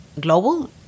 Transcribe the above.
global